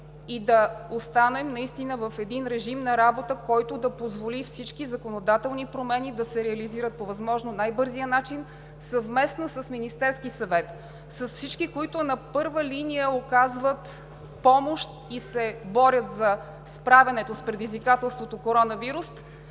и да останем в режим на работа, който да позволи всички законодателни промени да се реализират по възможно най-бързия начин, съвместно с Министерския съвет, с всички, които на първа линия оказват помощ и се борят за справянето с предизвикателството коронавирус,